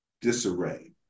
disarray